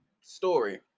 story